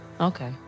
Okay